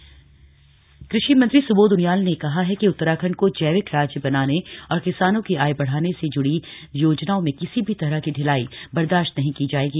सुबोध उनियाल कृषि मंत्री सुंबोध उनियाल ने कहा कि उत्तराखंड को जैविक राज्य बनाने और किसानों की आय बढ़ाने से ज्ड़ी योजनाओं में किसी भी तरह की ढिलाई बर्दाश्त नहीं की जाएगी